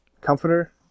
comforter